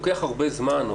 לוקח הרבה זמן,